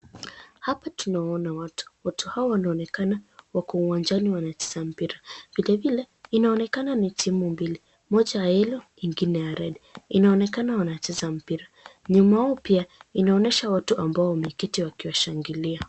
Hapa tunawaona watu. Watu hawa wanaonekana wako uwanjani wanacheza mpira. Vilevile inaonekana ni timu mbili, moja ya yellow ingine ya red .Inaonekana wanacheza mpira. Nyuma yao pia inaonyesha watu ambao wameketi wakiwashangilia.